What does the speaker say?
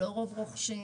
לא רוב רוכשים,